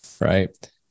right